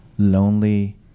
lonely